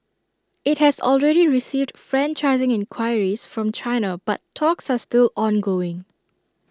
IT has already received franchising enquiries from China but talks are still ongoing